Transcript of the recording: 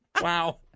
Wow